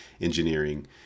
engineering